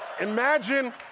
imagine